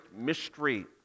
mystery